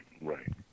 right